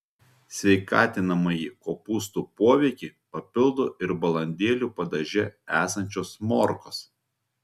sveikatinamąjį kopūstų poveikį papildo ir balandėlių padaže esančios morkos